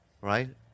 Right